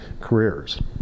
careers